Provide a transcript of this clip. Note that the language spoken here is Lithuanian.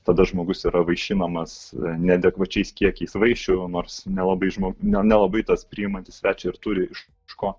tada žmogus yra vaišinamas neadekvačiais kiekiais vaišių nors nelabai žmo nelabai tas priimantį svečią ir turi iš iš ko